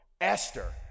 esther